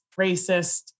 racist